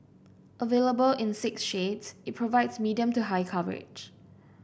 available in six shades it provides medium to high coverage